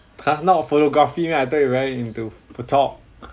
!huh! not photography meh I thought you're very into photog